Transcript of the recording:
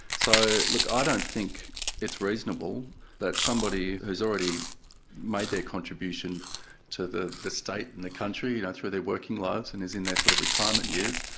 so look, i don't think it's reasonable that somebody who's already made their contribution to the the state and the country you know through their working lives, and are in their sort of retirement years,